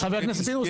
חבר הכנסת פינדרוס,